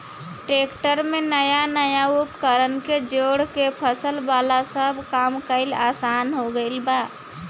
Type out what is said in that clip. tractor में नया नया उपकरण के जोड़ के फसल वाला सब काम कईल आसान हो गईल बा